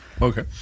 Okay